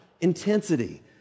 intensity